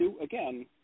again